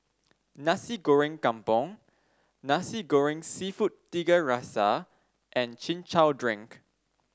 Nasi Goreng Kampung Nasi Goreng seafood Tiga Rasa and Chin Chow Drink